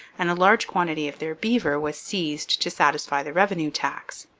and a large quantity of their beaver was seized to satisfy the revenue tax.